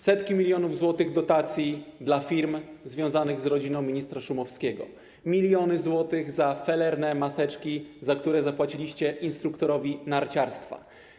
Setki milionów złotych dotacji dla firm związanych z rodziną ministra Szumowskiego, miliony złotych za felerne maseczki, za które zapłaciliście instruktorowi narciarstwa.